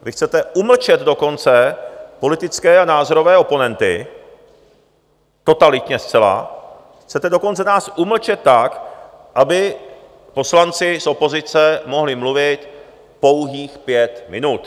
Vy chcete umlčet dokonce politické a názorové oponenty, totalitně zcela, chcete dokonce nás umlčet tak, aby poslanci z opozice mohli mluvit pouhých pět minut.